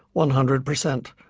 one hundred percent,